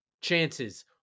chances